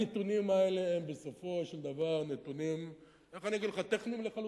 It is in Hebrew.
הנתונים האלה הם בסופו של דבר נתונים טכניים לחלוטין.